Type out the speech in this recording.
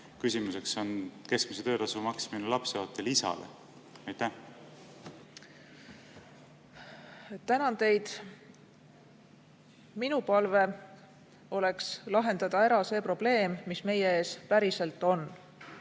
küsimuseks on keskmise töötasu maksmine lapseootel isale. Tänan teid! Minu palve on lahendada ära see probleem, mis meie ees päriselt on.